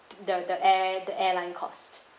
the the air the airline cost